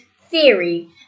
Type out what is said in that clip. theory